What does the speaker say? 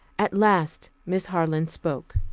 at last miss harland spoke.